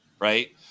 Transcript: right